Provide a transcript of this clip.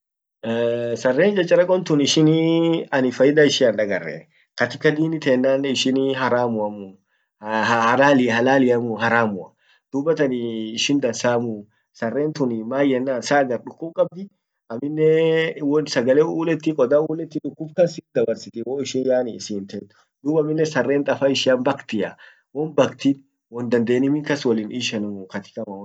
sarren chacharekontun ishini anin faida ishia hindagarre, katika dini tennannen ishinii haramuamuu halali halaliamu haramuah, dubataan ishin dansamuu, sarentun saa maan yennan saa agar dukub kabdi amminne won sagale uuletti kodda uuletti dukub kan sit dabarsiti kan sit dabarsiti woishin yaani sinte dub aminne sarent affaishian baktiah, won bakti dandenii min kas woliniishenuu katika maoni tiyya